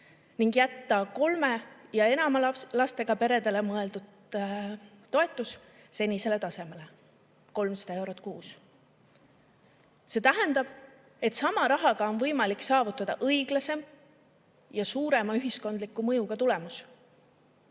ning jätta kolme ja enama lapsega peredele mõeldud toetus senisele tasemele, 300 eurot kuus. See tähendab, et sama rahaga on võimalik saavutada õiglasem ja suurema ühiskondliku mõjuga tulemus.